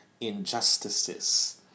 injustices